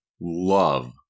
love